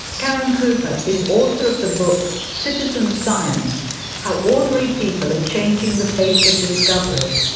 caren cooper, is author of the book citizen science how ordinary people are changing the face of discovery,